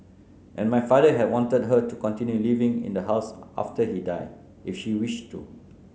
and my father had wanted her to continue living in the house after he died if she wish to